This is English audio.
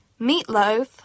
Meatloaf